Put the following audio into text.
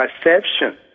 perception